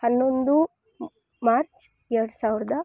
ಹನ್ನೊಂದು ಮಾರ್ಚ್ ಎರಡು ಸಾವಿರದ